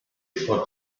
for